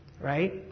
Right